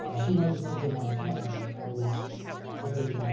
ah she wanted to move to montana, but i was very,